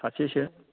सासेसो